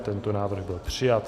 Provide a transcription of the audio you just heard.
Tento návrh byl přijat.